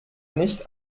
nicht